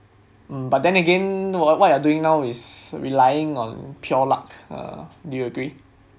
mm but then again what what are doing now is relying on pure luck uh do you agree